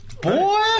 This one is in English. Boy